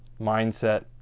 mindset